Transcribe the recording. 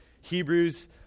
Hebrews